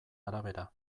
arabera